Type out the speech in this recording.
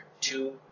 two